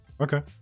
Okay